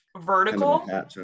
Vertical